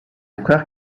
frère